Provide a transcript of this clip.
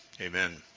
Amen